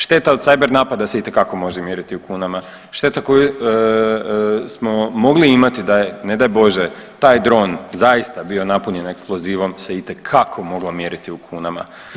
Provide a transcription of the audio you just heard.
Šteta od cyber napada se itekako može mjeriti u kunama, šteta koju smo mogli imati da je ne daj Bože taj dron zaista bio napunjen eksplozivom se itekako moglo mjeriti u kunama.